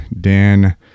dan